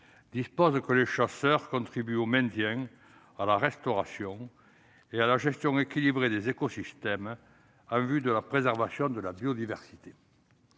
prévoit que « les chasseurs contribuent au maintien, à la restauration et à la gestion équilibrée des écosystèmes en vue de la préservation de la biodiversité